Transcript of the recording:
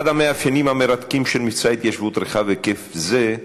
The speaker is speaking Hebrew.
אחד המאפיינים המרתקים של מבצע התיישבות רחב ההיקף הזה,